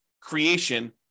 creation